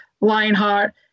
lionheart